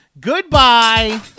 Goodbye